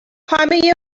همه